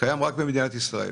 קיים רק במדינת ישראל.